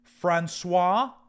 Francois